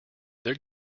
there